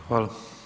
Hvala.